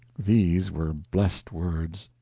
these were blessed words.